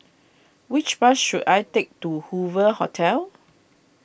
which bus should I take to Hoover Hotel